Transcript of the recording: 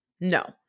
No